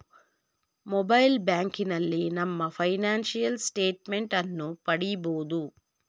mobile ಬ್ಯಾಂಕಿನಲ್ಲಿ ನಮ್ಮ financial statement ಅನ್ನು ಪಡಿಬೋದು